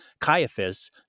Caiaphas